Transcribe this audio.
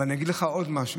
אבל אני אגיד לך עוד משהו,